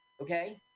okay